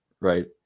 Right